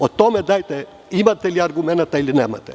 O tome da li imate argumenata ili nemate.